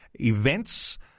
events